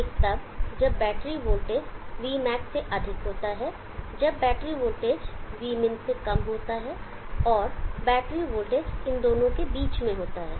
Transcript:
एक तब जब बैटरी वोल्टेज Vmax से अधिक होता है जब बैटरी वोल्टेज Vmin से कम होता है और बैटरी वोल्टेज इन दोनों के बीच में होता है